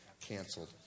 canceled